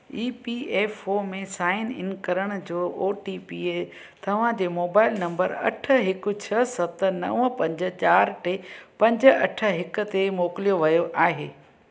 ई P F O में sign in करण जो ओ टी पी तव्हां जे मोबाइल नंबर अठ हिकु छ्ह सत नवं पंज चार टे पंज अठ हिक ते मोकिलियो वियो आहे